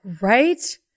Right